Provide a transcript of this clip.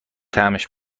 طعمش